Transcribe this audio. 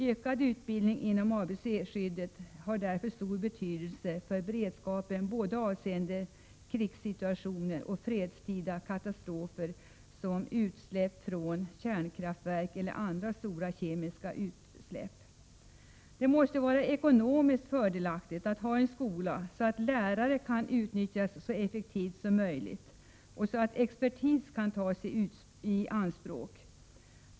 Ökad utbildning om ABC-skydd har därför stor betydelse för beredskapen avseende både krigssituationer och fredstida katastrofer som utsläpp från kärnkraftverk eller andra stora kemiska utsläpp. Det måste vara ekonomiskt fördelaktigt att ha en skola så att lärare kan utnyttjas så effekt som möjligt och så att expertis kan tas i anspråk.